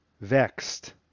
vexed